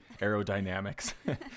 aerodynamics